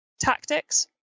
tactics